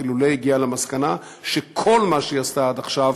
אילולא הגיעה למסקנה שכל מה שהיא עשתה עד עכשיו